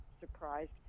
surprised